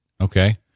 Okay